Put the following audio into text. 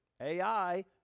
AI